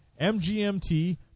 MGMT